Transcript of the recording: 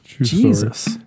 Jesus